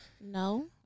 No